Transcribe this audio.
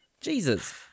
Jesus